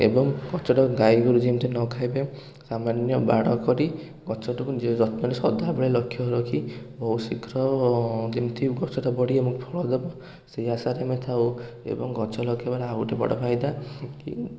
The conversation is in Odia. ଏବଂ ଗଛଟାକୁ ଗାଈ ଗୋରୁ ଯେମିତି ନ ଖାଇବେ ସାମାନ୍ୟ ବାଡ଼ କରି ଗଛଟାକୁ ଯେ ଯତ୍ନରେ ସଦାବେଳେ ଲକ୍ଷ ରଖି ବହୁତ ଶୀଘ୍ର ଯେମିତି ଗଛଟା ବଢ଼ିବ ଏବଂ ଫଳ ଦେବ ସେଇ ଆଶାରେ ଆମେ ଥାଉ ଏବଂ ଗଛ ଲଗେଇବାର ଆଉ ଗୋଟେ ବଡ଼ ଫାଇଦା କି